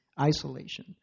isolation